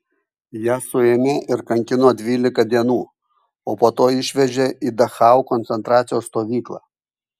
ją suėmė ir kankino dvylika dienų o po to išvežė į dachau koncentracijos stovyklą